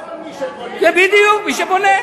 כל מי שבונה, בדיוק, מי שבונה.